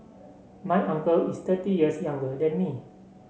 my uncle is thirty years younger than me